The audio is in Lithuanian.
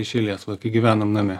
iš eilės va kai gyvenam name